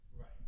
Right